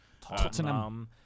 Tottenham